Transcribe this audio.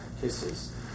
kisses